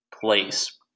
place